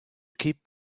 keep